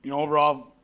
you know overall,